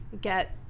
get